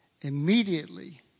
immediately